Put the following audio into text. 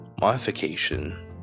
modification